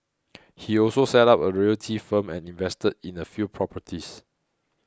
he also set up a realty firm and invested in a few properties